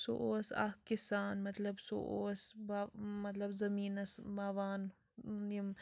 سُہ اوس اکھ کِسان مطلب سُہ اوس با مطلب زٔمیٖنَس مَوان یِم